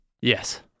Yes